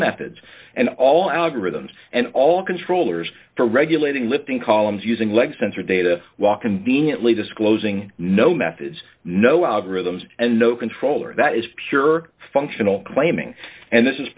methods and all algorithms and all controllers for regulating lifting columns using leg sensor data while conveniently disclosing no methods no algorithms and no controller that is pure functional claiming and this is